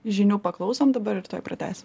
žinių paklausom dabar ir tuoj pratęsim